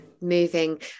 moving